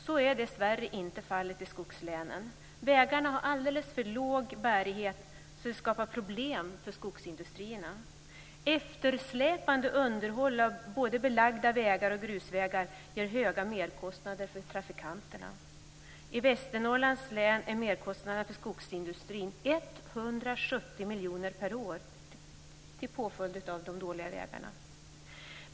Så är dessvärre inte fallet i skogslänen. Vägarna har alldeles för låg bärighet, så låg bärighet att det skapar problem för skogsindustrierna. Eftersläpande underhåll av både belagda vägar och grusvägar ger höga merkostnader för trafikanterna. I Västernorrlands län är merkostnaden för skogsindustrin 170 miljoner kronor per år till följd av de dåliga vägarna.